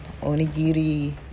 onigiri